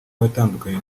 watandukanye